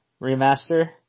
remaster